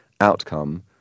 outcome